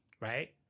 Right